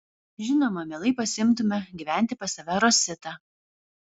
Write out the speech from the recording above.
žinoma mielai pasiimtume gyventi pas save rositą